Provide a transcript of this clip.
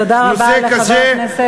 תודה רבה לחבר הכנסת,